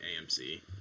AMC